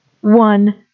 One